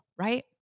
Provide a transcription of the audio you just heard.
right